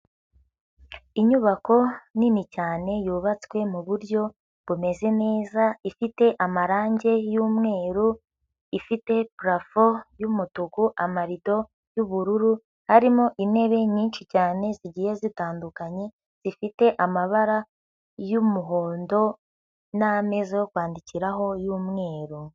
Inyubako nini cyane yubatswe mu buryo bumeze neza, ifite amarangi y'umweru, ifite parafo y'umutuku, amarido y'ubururu, arimo intebe nyinshi cyane zigiye zitandukanye, zifite amabara y'umuhondo n'ameza yo kwandikiraho y'umweru.